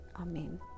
Amen